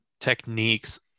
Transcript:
techniques